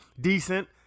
decent